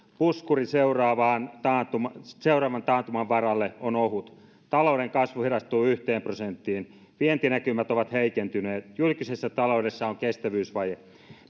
puskuri seuraavan taantuman seuraavan taantuman varalle on ohut talouden kasvu hidastuu yhteen prosenttiin vientinäkymät ovat heikentyneet julkisessa taloudessa on kestävyysvaje